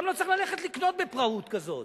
גם לא צריך ללכת לקנות בפראות כזאת.